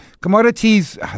Commodities